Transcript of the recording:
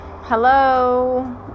hello